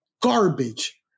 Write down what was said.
garbage